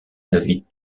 david